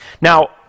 Now